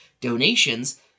donations